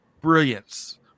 brilliance